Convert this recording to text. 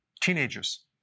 teenagers